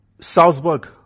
Salzburg